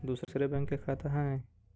दुसरे बैंक के खाता हैं?